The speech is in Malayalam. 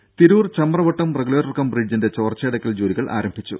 രുദ തിരൂർ ചമ്രവട്ടം റെഗുലേറ്റർ കം ബ്രിഡ്ജിന്റെ ചോർച്ച അടയ്ക്കൽ ജോലികൾ ആരംഭിച്ചു